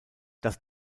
das